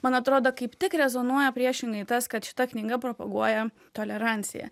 man atrodo kaip tik rezonuoja priešingai tas kad šita knyga propaguoja toleranciją